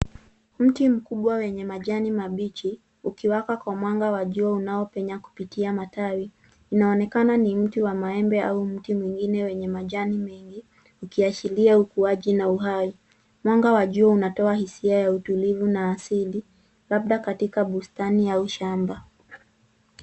Mti mkubwa wenye majani mabichi ukiwaka kwenye mwanga wa jua inayopenya kupitia matawi. Inaonekana ni mti wa maembe au mti mwingine wenye majani mengi ikiashiria ukuaji na uhai. Mwanga wa jua unatoa hisia ya utulivu na asili, labda katika bustani au shamba.